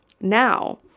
now